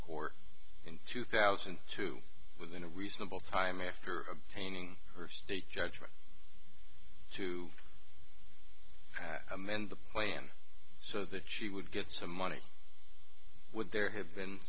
court in two thousand and two within a reasonable time after obtaining her state judgment to have amend the plan so that she would get some money would there have been